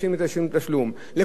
לכבאים היו מייצגים,